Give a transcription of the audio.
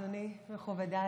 אדוני, מכובדיי.